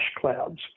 clouds